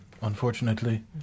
unfortunately